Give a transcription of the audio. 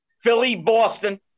Philly-Boston